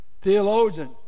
theologian